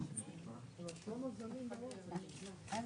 יכול להצביע על ההסתייגות שלך, ינון?